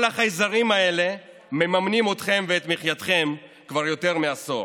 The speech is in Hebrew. כל החייזרים האלה מממנים אתכם ואת מחייתכם כבר יותר מעשור.